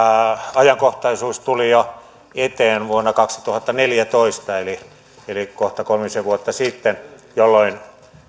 ajankohtaisuus tuli eteen jo vuonna kaksituhattaneljätoista eli kohta kolmisen vuotta sitten jolloin